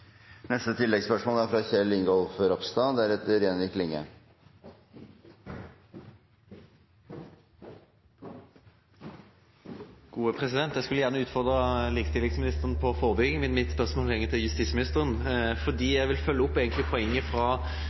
Kjell Ingolf Ropstad – til oppfølgingsspørsmål. Jeg skulle gjerne ha utfordret barne- og likestillingsministeren på forebygging, men mitt spørsmål går til justisministeren. Jeg vil egentlig følge opp